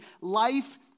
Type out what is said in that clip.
Life